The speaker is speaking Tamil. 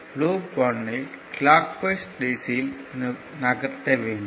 லூப் 1 இல் கிளாக் வைஸ் திசையில் நகர்த்த வேண்டும்